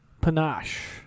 panache